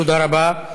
תודה רבה.